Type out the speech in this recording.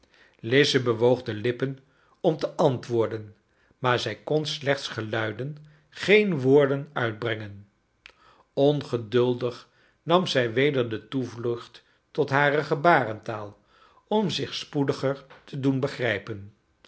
lize bewoog de lippen om te antwoorden maar zij kon slechts geluiden geen woorden uitbrengen ongeduldig nam zij weder de toevlucht tot hare gebarentaal om zich spoediger te doen begrijpen